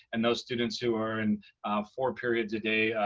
and those students who are in four periods a day,